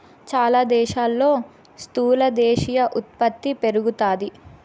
చాలా దేశాల్లో స్థూల దేశీయ ఉత్పత్తి పెరుగుతాది